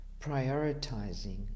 Prioritizing